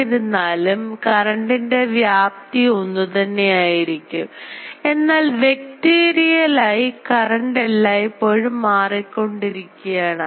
എന്നിരുന്നാലും കറൻറ്ൻറെ വ്യാപ്തി ഒന്നുതന്നെ ആയിരിക്കും എന്നാൽ വെക്റ്റീരിയലായി കറണ്ട് എല്ലായിപ്പോഴും മാറിക്കൊണ്ടിരിക്കുകയാണ്